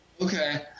Okay